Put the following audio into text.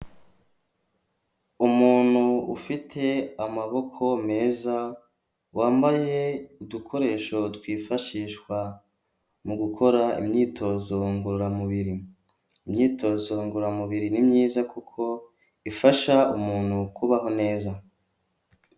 Umuntu ufite amaboko meza, wambaye udukoresho twifashishwa mu gukora imyitozo ngororamubiri. Imyitozo ngoramubiri ni myiza kuko ifasha umuntu kubaho neza.